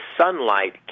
sunlight